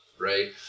right